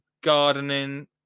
gardening